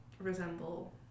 resemble